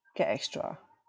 get extra